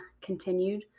continued